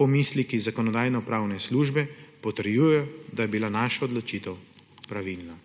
pomisleki Zakonodajno-pravne službe potrjujejo, da je bila naša odločitev pravilna.